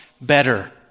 better